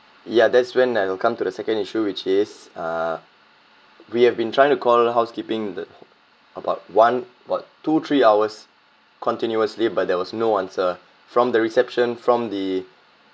ya that's when I'll come to the second issue which is uh we have been trying to call housekeeping the about one about two three hours continuously but there was no answer from the reception from the